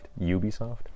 Ubisoft